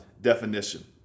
Definition